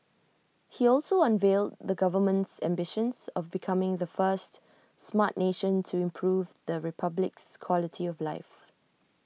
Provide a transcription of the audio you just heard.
he also unveiled the government's ambitions of becoming the first Smart Nation to improve the republic's quality of life